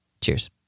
Cheers